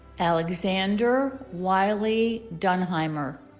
alexander wiley dunheimer